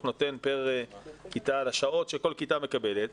נותן פר כיתה על השעות שכל כיתה מקבלת.